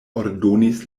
ordonis